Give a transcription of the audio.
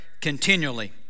continually